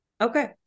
Okay